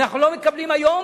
אנחנו לא מקבלים היום,